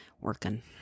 working